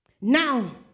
Now